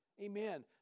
amen